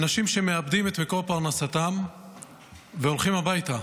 אנשים שמאבדים את מקור פרנסתם והולכים הביתה,